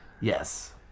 Yes